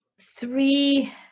three